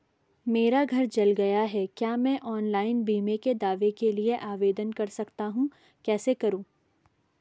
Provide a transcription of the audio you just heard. मेरा घर जल गया है क्या मैं ऑनलाइन बीमे के दावे के लिए आवेदन कर सकता हूँ कैसे करूँ?